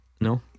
No